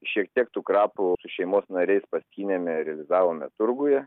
šiek tiek tų krapų su šeimos nariais paskynėme ir realizavome turguje